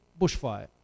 bushfire